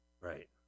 Right